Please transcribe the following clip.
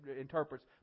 interprets